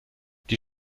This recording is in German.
die